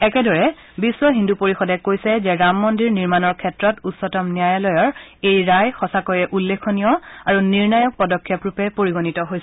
একেদৰে বিশ্ব হিন্দু পৰিষদে কৈছে যে ৰামমন্দিৰ নিৰ্মাণৰ ক্ষেত্ৰত উচ্চতম ন্যায়ালয়ৰ এই ৰায় সঁচাকৈয়ে উল্লেখনীয় আৰু নিৰ্ণায়ক পদক্ষেপৰূপে পৰিগণিত হৈছে